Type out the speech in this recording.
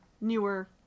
newer